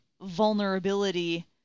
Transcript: vulnerability